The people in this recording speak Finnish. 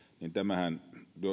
niin tämähän